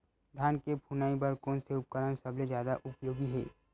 धान के फुनाई बर कोन से उपकरण सबले जादा उपयोगी हे?